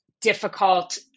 difficult